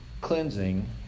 cleansing